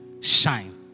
shine